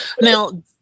now